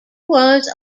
was